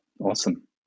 Awesome